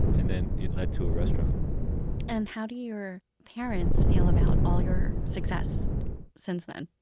and then it led to a restaurant and how do your parents feel about all your success since then?